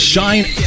Shine